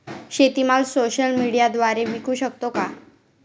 शेतीमाल सोशल मीडियाद्वारे विकू शकतो का?